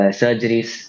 surgeries